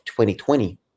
2020